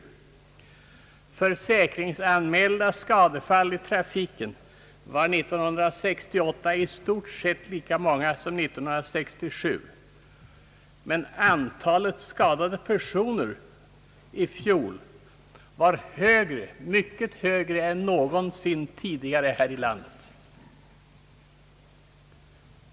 Antalet försäkringsanmälda skadefall i trafiken var 1968 i stort sett lika stort som 1967, men antalet trafikskadade personer var i fjol mycket högre än någonsin tidigare här i landet.